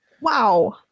wow